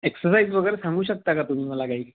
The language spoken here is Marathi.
एक्ससाईज वगैरे सांगू शकता का तुम्ही मला काही